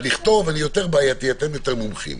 אני יותר בעייתי לכתוב, אתם יותר מומחים.